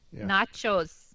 Nachos